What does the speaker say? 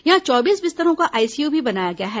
यहां चौबीस बिस्तरों का आईसीयू भी बनाया गया है